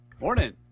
Morning